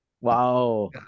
Wow